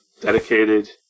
dedicated